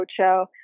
Roadshow